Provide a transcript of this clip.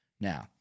Now